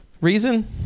reason